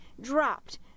dropped